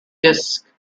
disc